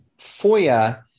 FOIA